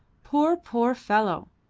poor, poor fellow!